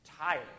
tired